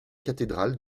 cathédrale